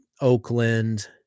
Oakland